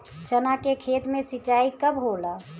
चना के खेत मे सिंचाई कब होला?